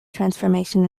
transformation